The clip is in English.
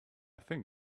think